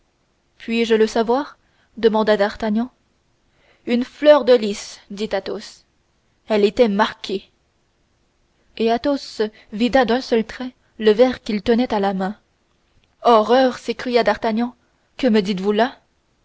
puis-je le savoir demanda d'artagnan une fleur de lis dit athos elle était marquée et athos vida d'un seul trait le verre qu'il tenait à la main horreur s'écria d'artagnan que me dites-vous là